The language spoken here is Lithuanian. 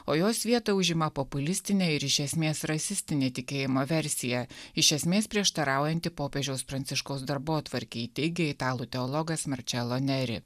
o jos vietą užima populistinė ir iš esmės rasistinė tikėjimo versija iš esmės prieštaraujanti popiežiaus pranciškaus darbotvarkei teigia italų teologas marčelo neri